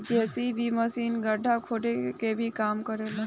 JCB machine गड्ढा खोदे के भी काम करे ला